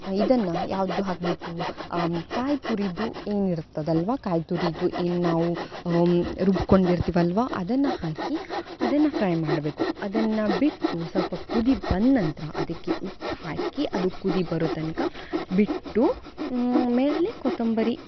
ಇದನ್ನು ಯಾವುದು ಹಾಕಬೇಕು ಕಾಯಿ ತುರಿದು ಏನಿರುತ್ತದಲ್ಲವಾ ಕಾಯಿ ತುರಿದು ಏನು ನಾವು ರುಬ್ಕೊಂಡು ಇರ್ತೀವಲ್ವಾ ಅದನ್ನು ಹಾಕಿ ಅದನ್ನು ಫ್ರೈ ಮಾಡಬೇಕು ಅದನ್ನು ಬಿಟ್ಟು ಸ್ವಲ್ಪ ಕುದಿ ಬಂದ ನಂತರ ಅದಕ್ಕೆ ಉಪ್ಪು ಹಾಕಿ ಅದು ಕುದಿ ಬರೊ ತನಕ ಬಿಟ್ಟು ಮೇಲೆ ಕೊತ್ತಂಬರಿ